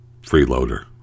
freeloader